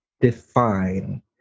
define